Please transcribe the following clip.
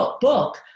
book